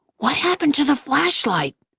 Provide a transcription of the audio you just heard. what happened to the flashlight?